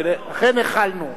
לכן החלנו.